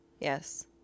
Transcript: yes